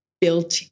built